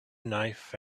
knife